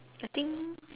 I think